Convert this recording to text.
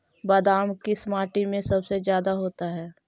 बादाम किस माटी में सबसे ज्यादा होता है?